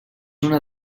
una